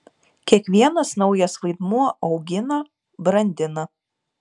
kiekvienas naujas vaidmuo augina brandina